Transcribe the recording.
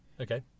Okay